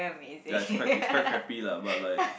ya is quite is quite crappy lah but like